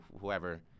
whoever